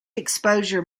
exposure